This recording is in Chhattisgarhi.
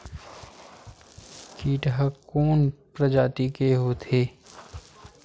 कीट ह कोन प्रजाति के होथे?